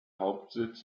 hauptsitz